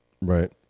Right